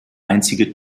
einzige